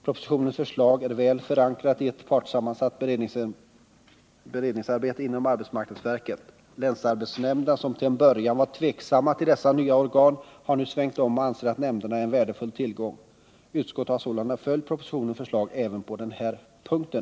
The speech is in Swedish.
Propositionens förslag är väl förankrat i ett partssammansatt beredningsarbete inom arbetsmarknadsverket. Länsarbetsnämnderna, som till en början varit tveksamma till dessa nya organ, har nu svängt om och anser att nämnderna är en värdefull tillgång. Utskottet har sålunda följt propositionens förslag även på denna punkt.